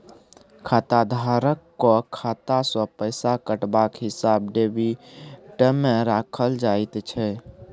खाताधारकक खाता सँ पैसा कटबाक हिसाब डेबिटमे राखल जाइत छै